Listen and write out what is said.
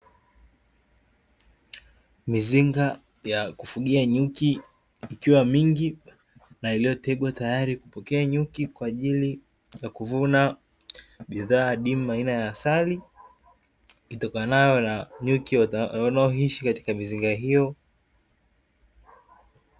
Mizinga ya kufugia nyuki, ikiwa mingi na iliyotegwa tayari kupokea nyuki kwa ajili ya kuvuna bidhaa adimu aina ya asali, itokanayo na nyuki wanaoishi katika mizinga hiyo.